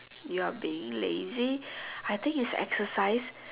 you are being lazy I think is exercise